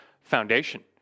foundation